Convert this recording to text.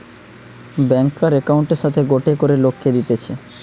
ব্যাংকার একউন্টের সাথে গটে করে লোককে দিতেছে